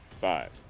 Five